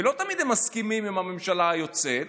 ולא תמיד הם מסכימים עם הממשלה היוצאת,